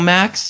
Max